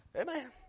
Amen